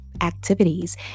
activities